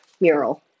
mural